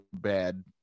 bad